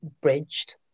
bridged